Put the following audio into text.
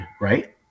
right